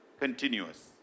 continuous